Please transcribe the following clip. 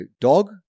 dog